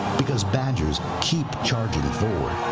because badgers keep charging forward